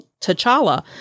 t'challa